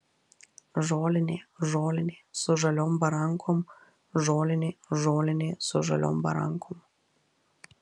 žolinė žolinė su žaliom barankom žolinė žolinė su žaliom barankom